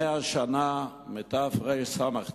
100 שנה מתרס"ט,